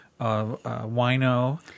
wino